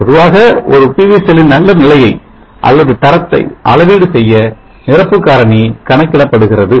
பொதுவாக ஒரு PV செல்லின் நல்ல நிலையை அல்லது தரத்தை அளவீடு செய்ய நிரப்பு காரணி கணக்கிடப்படுகிறது